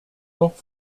noch